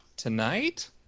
tonight